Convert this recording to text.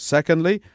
Secondly